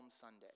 Sunday